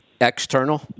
external